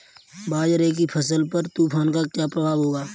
बाजरे की फसल पर तूफान का क्या प्रभाव होगा?